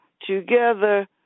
Together